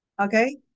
Okay